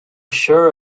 sure